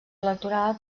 electoral